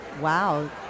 wow